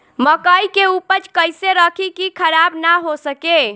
मकई के उपज कइसे रखी की खराब न हो सके?